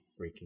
freaking